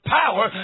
power